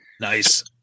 nice